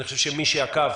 אני חושב שמי שעקב,